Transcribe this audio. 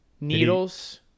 Needles